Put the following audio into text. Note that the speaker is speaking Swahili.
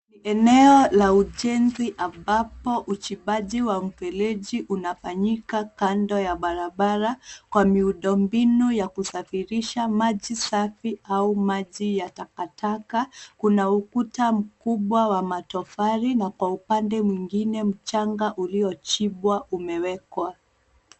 Eneo la ujenzi ambapo uchimbaji wa mfereji unafanyika kando ya barabara kwa miundombinu ya kusafirisha maji safi au maji ya takataka, kuna ukuta mkubwa wa matofari na kwa upande mwingine mchanga uliochimbwa umewekwa.